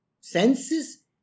senses